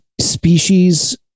species